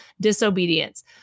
disobedience